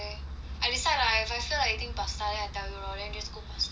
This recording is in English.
I decide lah if I feel like eating pasta then I tell you lor then you just cook pasta